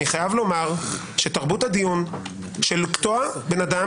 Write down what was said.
אני חייב לומר שתרבות הדיון לקטוע בן-אדם